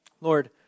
Lord